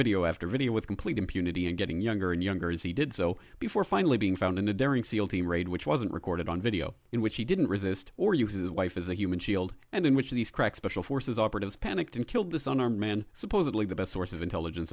video after video with complete impunity and getting younger and younger as he did so before finally being found in a daring seal team raid which wasn't recorded on video in which he didn't resist or uses wife as a human shield and in which of these crack special forces operatives panicked and killed this an armed man supposedly the best source of intelligence